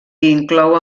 inclou